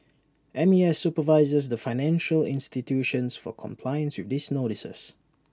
M A S supervises the financial institutions for compliance with these notices